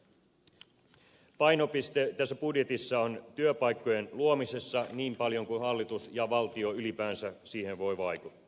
painopiste tässä budjetissa on työpaikkojen luomisessa niin paljon kuin hallitus ja valtio ylipäänsä siihen voi vaikuttaa